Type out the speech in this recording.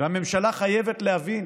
והממשלה חייבת להבין